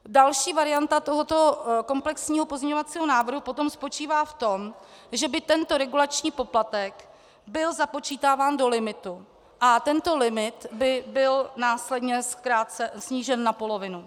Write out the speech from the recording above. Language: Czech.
Další varianta tohoto komplexního pozměňovacího návrhu potom spočívá v tom, že by tento regulační poplatek byl započítáván do limitu a tento limit by byl následně snížen na polovinu.